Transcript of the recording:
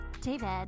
David